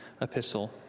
epistle